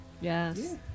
yes